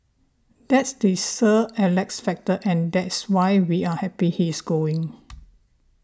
that's the Sir Alex factor and that's why we're happy he's going